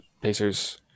Pacers